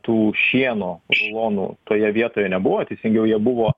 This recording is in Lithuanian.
tų šieno rulonų toje vietoje nebuvo teisingiau jie buvo